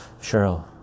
Cheryl